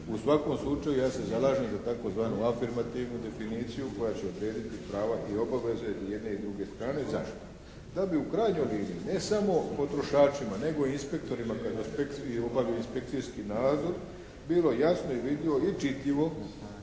U svakom slučaju ja se zalažem za tzv. afirmativnu definiciju koja će odrediti prava i obaveze i jedne i druge strane. Zašto? Da bi u krajnjoj liniji ne samo potrošačima, nego i inspektorima kada obavljaju inspekcijski nadzor bilo jasno i vidljivo i čitljivo